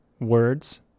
words